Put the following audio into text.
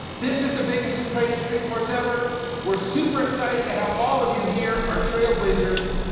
this is the biggest and greatest dreamforce ever, we're super excited to have all of you here, our trailblazers.